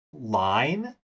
line